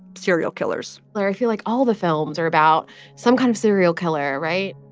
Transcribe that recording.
serial killers like, i feel like all the films are about some kind of serial killer. right?